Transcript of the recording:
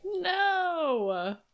No